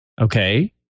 Okay